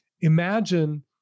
Imagine